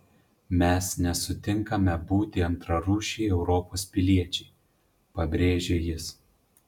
mes nesutinkame būti antrarūšiai europos piliečiai pabrėžė jis